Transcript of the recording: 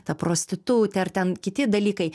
ta prostitutė ar ten kiti dalykai